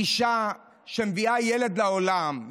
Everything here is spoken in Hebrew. אישה שמביאה ילד לעולם,